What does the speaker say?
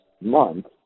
month